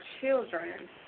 children